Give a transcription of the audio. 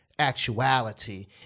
actuality